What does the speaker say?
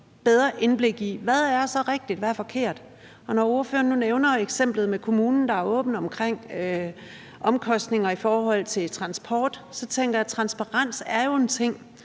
bedre indblik i, hvad der så er rigtigt, og hvad der er forkert, og når ordføreren nu nævner eksemplet med kommunen, der er åben omkring omkostninger i forhold til transport, tænker jeg, at transparens jo er en